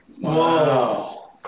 Wow